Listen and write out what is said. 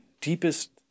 deepest